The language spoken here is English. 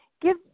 give